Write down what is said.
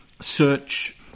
search